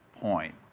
point